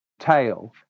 tail